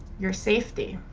your safety.